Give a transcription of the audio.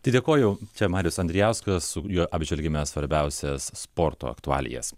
tai dėkoju čia marius andrijauskas su juo apžvelgėme svarbiausias sporto aktualijas